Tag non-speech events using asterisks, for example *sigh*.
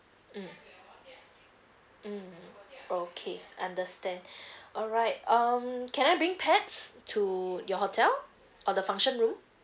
mm mm okay understand *breath* alright um can I bring pets to your hotel or the function room